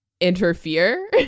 interfere